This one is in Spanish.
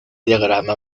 diagrama